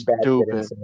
stupid